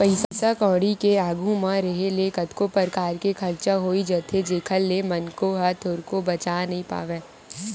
पइसा कउड़ी के आघू म रेहे ले कतको परकार के खरचा होई जाथे जेखर ले मनखे ह थोरको बचा नइ पावय